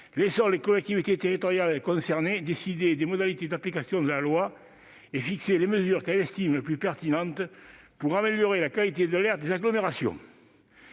Laissons les collectivités territoriales concernées décider des modalités d'application de la loi et fixer les mesures qu'elles estiment les plus pertinentes pour améliorer la qualité de l'air des agglomérations.